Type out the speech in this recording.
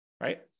right